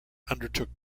undertook